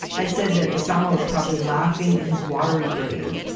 i said that osama was probably laughing in his watery grave,